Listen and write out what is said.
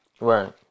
Right